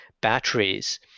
batteries